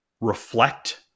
reflect